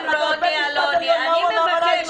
בית המשפט העליון, מה הוא אמר ---?